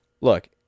Look